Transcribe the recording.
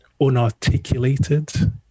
unarticulated